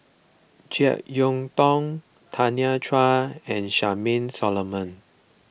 Jek Yeun Thong Tanya Chua and Charmaine Solomon